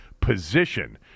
position